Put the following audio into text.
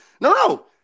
no